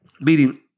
Meaning